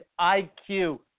IQ